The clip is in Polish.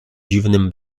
dziwnym